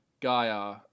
Gaia